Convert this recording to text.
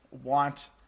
want